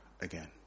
again